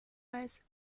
weiß